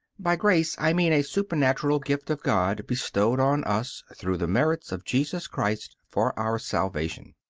by grace i mean a supernatural gift of god bestowed on us, through the merits of jesus christ, for our salvation.